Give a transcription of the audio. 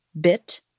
bit